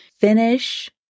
finish